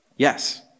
Yes